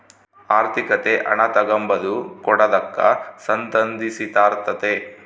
ಆರ್ಥಿಕತೆ ಹಣ ತಗಂಬದು ಕೊಡದಕ್ಕ ಸಂದಂಧಿಸಿರ್ತಾತೆ